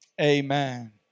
Amen